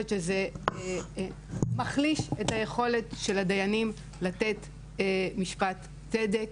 שזה מחליש את היכולת של הדיינים לתת משפט צדק.